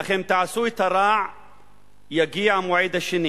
אך אם תעשו את הרע יגיע המועד השני